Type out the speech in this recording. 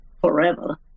forever